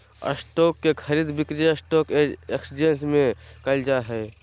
stock के खरीद बिक्री स्टॉक एकसचेंज में क़इल जा हइ